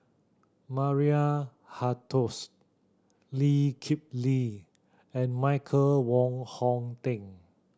Maria Hertogh Lee Kip Lee and Michael Wong Hong Teng